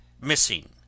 missing